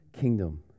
kingdom